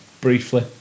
briefly